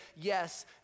yes